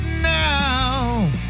now